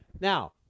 now